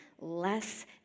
less